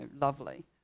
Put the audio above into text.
lovely